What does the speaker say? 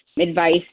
advice